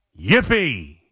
Yippee